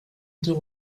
deux